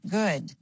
good